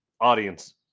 audience